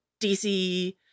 DC